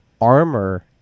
Armor